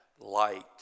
light